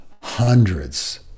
Hundreds